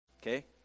Okay